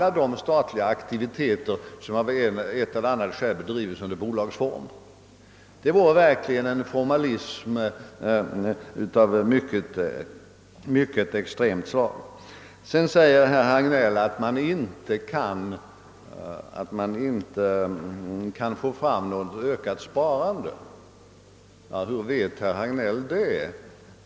Det är ju olika statliga aktiviteter som av ett eller annat skäl bedrives under bolagsform. Det vore verkligen en formalism av mycket extremt slag. Herr Hagnell påstod också att det inte går att få till stånd något ökat sparande. Hur vet herr Hagnell det?